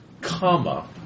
comma